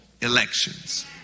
elections